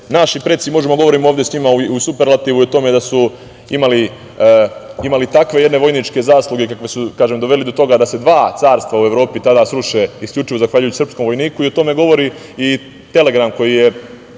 naši preci, možemo da govorimo o njima u superlativu i o tome da su imali takve vojničke zasluge kakve su dovele do toga, kažem, da se dva carstva u Evropi tada sruše, a isključivo zahvaljujući srpskom vojniku i o tome govori telegram koji je